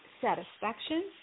satisfaction